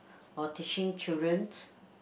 or teaching children's